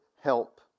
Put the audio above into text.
help